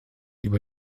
über